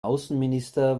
außenminister